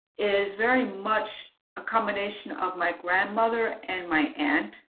is very much a combination of my grandmother and my end.